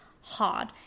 hard